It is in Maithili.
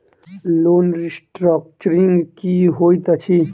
लोन रीस्ट्रक्चरिंग की होइत अछि?